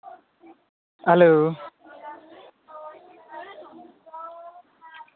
hello